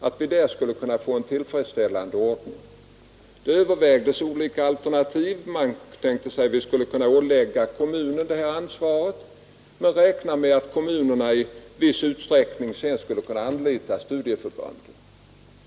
Olika alternativ övervägdes. Man tänkte sig att vi skulle kunna ålägga kommunen detta ansvar, och man räknade med att kommunerna i viss utsträckning sedan skulle kunna anlita studieförbunden.